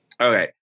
Okay